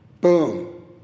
Boom